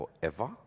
forever